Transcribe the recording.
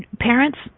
parents